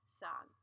song